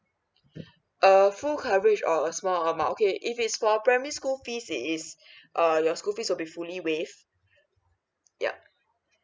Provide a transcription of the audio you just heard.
err full coverage or a small okay if it's for primary school fees it is err your schools fees will be fully waived yup